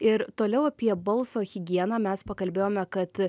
ir toliau apie balso higieną mes pakalbėjome kad